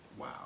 Wow